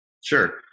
Sure